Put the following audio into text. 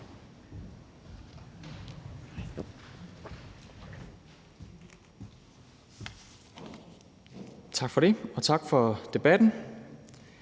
Tak for det, og tak for debatten.